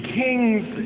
kings